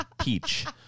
peach